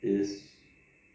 is